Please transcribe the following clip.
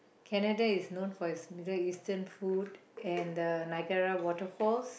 Canada is known for its Middle Eastern food and the Nigeria waterfalls